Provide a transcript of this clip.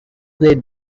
played